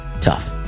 tough